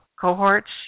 cohorts